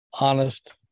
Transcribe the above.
honest